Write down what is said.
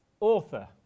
author